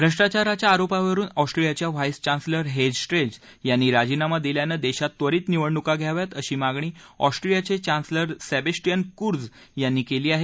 भ्रष्टाचाराच्या आरोपावरुन ऑस्ट्रीयाच्या व्हॉईस चांसलर हेंज स्ट्रेच यांनी राजीनामा दिल्यानं देशात त्वरीत निवडणूका घ्याव्यात अशी मागणी ऑस्ट्रीयाचे चांसलर सॅबेस्टीयन क्रुई यांनी केली आहे